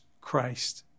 Christ